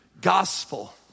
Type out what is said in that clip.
gospel